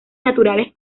naturales